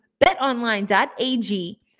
betonline.ag